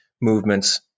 movements